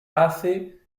hace